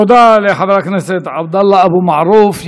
תודה לחבר הכנסת עבדאללה אבו מערוף.